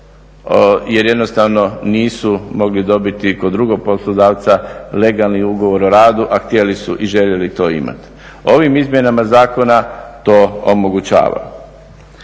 jer jednostavno nisu mogli dobiti kod drugog poslodavca legalni ugovor o radu, a htjeli su i željeli to imati. Ovim izmjenama zakona to omogućava.